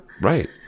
Right